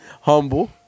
Humble